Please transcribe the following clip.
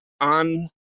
on